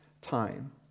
time